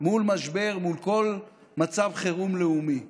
מול משבר, מול כל מצב חירום לאומי.